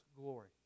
glory